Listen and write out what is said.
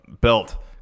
belt